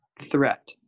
threat